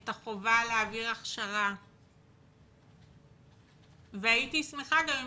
את החובה להעיר הכשרה והייתי שמחה גם אם